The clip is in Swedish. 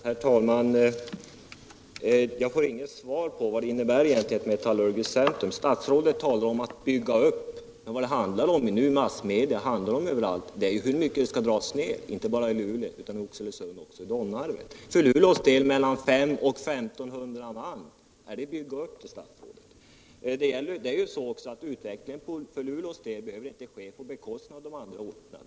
Herr talman! Jag får inget svar på frågan om vad ett metallurgiskt centrum egentligen innebär. Statsrådet talar om att bygga upp någonting, men vad det nu handlar om —det framgår ju bl.a. av rapporter i massmedia — är hur mycket som skall dras ner, inte bara i Luleå utan också i Oxelösund och i Domnarvet. För Luleås del rör det sig om mellan 500 och 1 500 man. Är det att bygga upp, statsrådet Åsling? Utvecklingen för Luleås del behöver inte heller ske på bekostnad av de andra orternas utveckling.